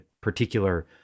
particular